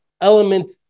element